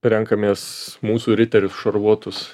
renkamės mūsų riterius šarvuotus